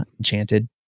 Enchanted